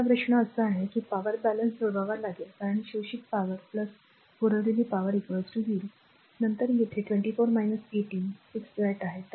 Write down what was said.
माझा प्रश्न असा आहे की पॉवर बॅलन्स जुळवावा लागेल कारण शोषित पॉवर r पुरवलेली पॉवर 0 परंतु येथे ते 24 18 6 वॅट आहे